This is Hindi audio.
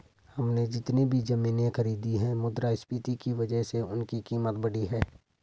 हमने जितनी भी जमीनें खरीदी हैं मुद्रास्फीति की वजह से उनकी कीमत बढ़ी है